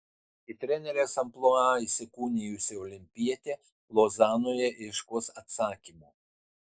į trenerės amplua įsikūnijusi olimpietė lozanoje ieškos atsakymo